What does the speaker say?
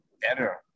better